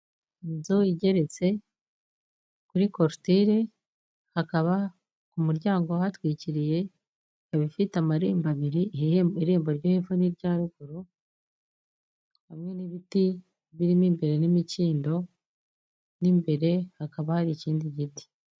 Inzu igeretse kuri corotire. Hakaba ku umuryango uhatwikiriye ikaba ifite amarembo abiri irembo ryo hepfo n'irya ruguru, hamwe n'ibiti birimo imbere n'imikindo n'imbere hakaba hari ikindi giti.